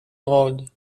road